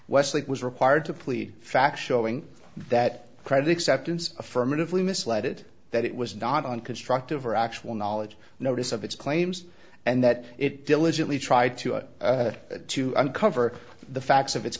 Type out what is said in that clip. westlake was required to plead factual going that credit exceptions affirmatively misled it that it was not on constructive or actual knowledge notice of its claims and that it diligently tried to it to uncover the facts of its